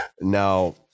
Now